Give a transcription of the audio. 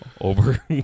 Over